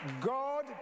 God